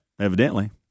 evidently